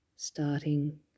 Starting